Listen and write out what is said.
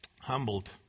humbled